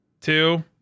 two